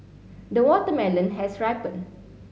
the watermelon has ripened